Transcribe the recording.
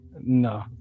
no